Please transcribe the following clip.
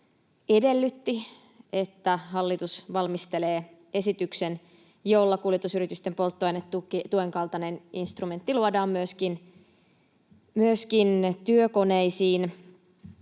edellytti, että hallitus valmistelee esityksen, jolla kuljetusyritysten polttoainetuen kaltainen instrumentti luodaan myöskin työkoneisiin